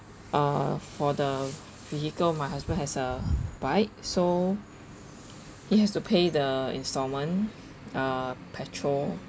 uh for the vehicle my husband has a bike so he has to pay the installment uh petrol